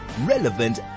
Relevant